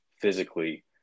physically